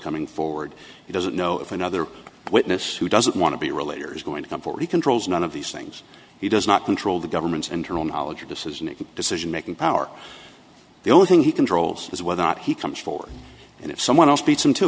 coming forward he doesn't know if another witness who doesn't want to be related is going to come forward he controls none of these things he does not control the government's internal knowledge or decision a decision making power the only thing he controls is whether or not he comes forward and if someone else bea